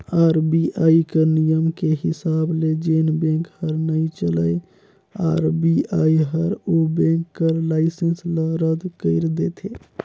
RBI कर नियम के हिसाब ले जेन बेंक हर नइ चलय आर.बी.आई हर ओ बेंक कर लाइसेंस ल रद कइर देथे